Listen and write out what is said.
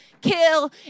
kill